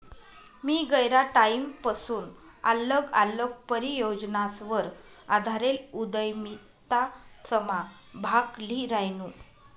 मी गयरा टाईमपसून आल्लग आल्लग परियोजनासवर आधारेल उदयमितासमा भाग ल्ही रायनू